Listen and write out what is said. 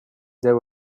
there